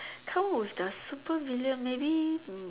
come with the super villain maybe hmm